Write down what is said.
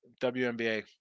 WNBA